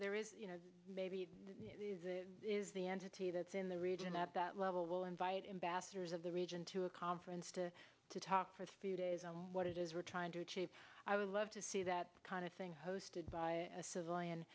there is you know maybe it is the entity that's in the region at that level will invite him basters of the region to a conference to talk for a few days on what it is we're trying to achieve i would love to see that kind of thing hosted by a civilian